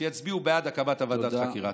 שיצביעו בעד הקמת ועדת חקירה.